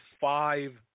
five